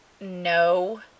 No